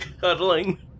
cuddling